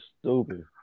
stupid